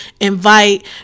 invite